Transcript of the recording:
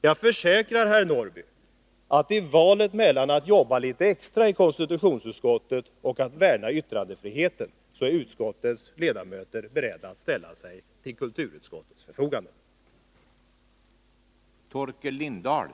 Jag försäkrar herr Norrby att i valet mellan att behöva jobba litet extra och att värna yttrandefriheten är konstitutionsutskottets ledamöter beredda att ställa sig till kulturutskottets förfogande. Det är där komplikationerna